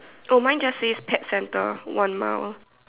oh mine just says pet centre one mile